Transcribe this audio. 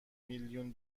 میلیون